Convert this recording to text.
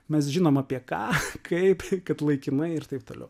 mes žinom apie ką kaip kaip laikinai ir taip toliau